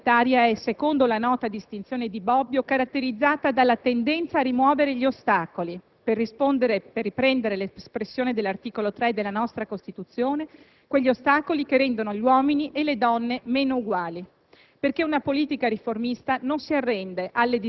non l'egualitarismo. Una politica egualitaria è caratterizzata, secondo la nota distinzione di Bobbio, dalla tendenza a rimuovere gli ostacoli, per riprendere l'espressione dell'articolo 3 della nostra Costituzione, quegli ostacoli che rendono gli uomini e le donne meno uguali.